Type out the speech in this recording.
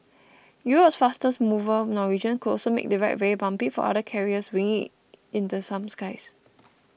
Europe's fastest mover Norwegian could also make the ride very bumpy for other carriers winging it in the same skies